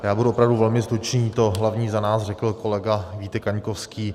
Já budu opravdu velmi stručný, to hlavní za nás řekl kolega Vítek Kaňkovský.